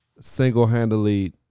single-handedly